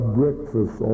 breakfast